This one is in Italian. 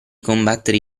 combattere